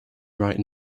right